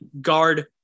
guard